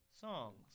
Songs